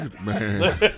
Man